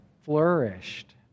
flourished